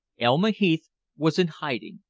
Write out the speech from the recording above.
elma heath was in hiding.